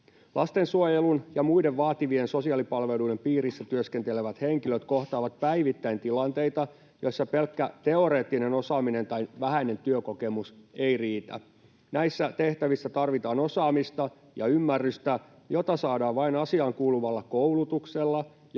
Lastensuojelun ja muiden vaativien sosiaalipalveluiden piirissä työskentelevät henkilöt kohtaavat päivittäin tilanteita, joissa pelkkä teoreettinen osaaminen tai vähäinen työkokemus eivät riitä. Näissä tehtävissä tarvitaan osaamista ja ymmärrystä, jota saadaan vain asiaan kuuluvalla koulutuksella ja